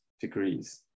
degrees